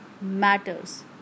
Matters